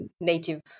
native